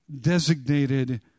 designated